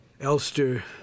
Elster